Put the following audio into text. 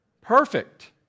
perfect